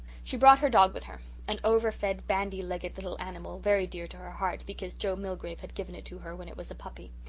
she brought her dog with her an over-fed, bandy-legged little animal very dear to her heart because joe milgrave had given it to her when it was a puppy.